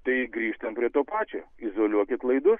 tai grįžtam prie to pačio izoliuokit laidus